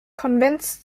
konvents